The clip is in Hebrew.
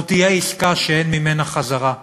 זו תהיה עסקה שאין ממנה חזרה.